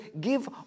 give